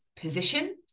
position